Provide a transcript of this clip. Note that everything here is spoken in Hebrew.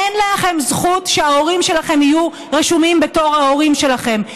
אין לכם זכות שההורים שלכם יהיו רשומים בתור ההורים שלכם.